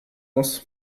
muss